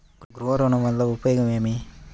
గృహ ఋణం వల్ల ఉపయోగం ఏమి?